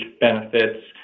benefits